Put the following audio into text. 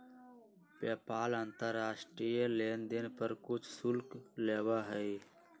PayPal अंतर्राष्ट्रीय लेनदेन पर कुछ शुल्क लेबा हई